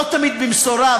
לא תמיד במשורה,